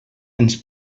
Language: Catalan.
ens